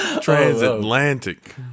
transatlantic